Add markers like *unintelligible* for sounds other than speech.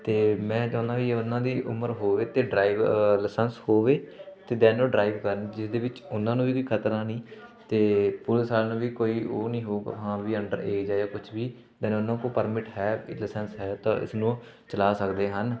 ਅਤੇ ਮੈਂ ਚਾਹੁੰਦਾ ਵੀ ਉਹਨਾਂ ਦੀ ਉਮਰ ਹੋਵੇ ਅਤੇ ਡਰਾਈਵ ਲਾਇਸੈਂਸ ਹੋਵੇ ਅਤੇ ਦੈਨ ਡਰਾਈਵ ਕਰਨ ਜਿਹਦੇ ਵਿੱਚ ਉਹਨਾਂ ਨੂੰ ਵੀ ਖ਼ਤਰਾ ਨਹੀਂ ਅਤੇ ਪੁਲਿਸ ਵਾਲਿਆਂ ਨੂੰ ਵੀ ਕੋਈ ਉਹ ਨਹੀਂ ਹੋਊਗਾ ਹਾਂ ਵੀ ਅੰਡਰ ਏਜ ਆ ਜਾਂ ਕੁਛ ਵੀ ਦੈਨ ਉਹਨਾਂ ਕੋਲ ਪਰਮਿਟ ਹੈ *unintelligible* ਲਾਇਸੈਂਸ ਹੈ ਤਾਂ ਇਸ ਨੂੰ ਚਲਾ ਸਕਦੇ ਹਨ